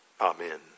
Amen